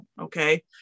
Okay